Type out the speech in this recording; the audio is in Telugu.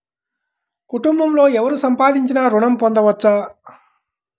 కుటుంబంలో ఎవరు సంపాదించినా ఋణం పొందవచ్చా?